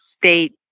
State